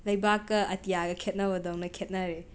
ꯂꯩꯕꯥꯛꯀ ꯑꯇꯤꯌꯥꯒ ꯈꯦꯠꯅꯕꯗꯧꯅ ꯈꯦꯠꯅꯔꯦ